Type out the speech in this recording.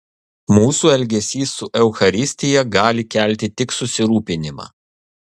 mūsų elgesys su eucharistija gali kelti tik susirūpinimą